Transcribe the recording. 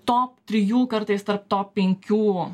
top trijų kartais tarp top penkių